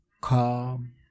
calm